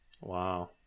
Wow